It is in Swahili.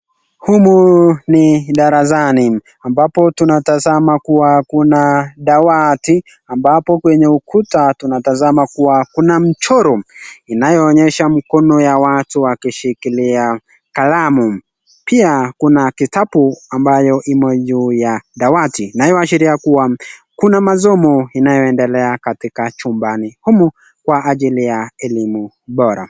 Humu ni darasani ambapo tunatasama kuwa kuna dawati ambapo kwenye ukuta tunatasama kuwa kuna mchoro inayoonyesha mkono ya watu wakishikilia kalamu. Pia kuna kitabu ambayo imo juu ya dawati na hii inaashiria kuwa kuna masomo inayoendelea katika chumbani humu kwa ajili ya elimu bora.